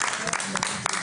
תודה.